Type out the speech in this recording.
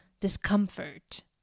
discomfort